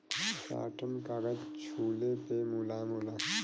satin कागज छुले पे मुलायम होला